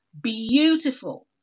beautiful